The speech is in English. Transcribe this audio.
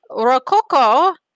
Rococo